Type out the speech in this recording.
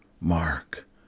Mark